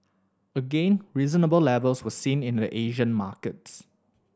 again reasonable levels were seen in the Asian markets